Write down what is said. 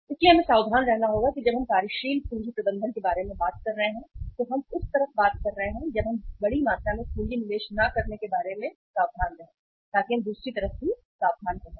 इसलिए हमें सावधान रहना होगा कि जब हम कार्यशील पूंजी प्रबंधन के बारे में बात कर रहे हैं तो हम उस तरफ बात कर रहे हैं जब हम बड़ी मात्रा में पूंजी निवेश न करने के बारे में सावधान रहें ताकि हम दूसरी तरफ भी सावधान रहें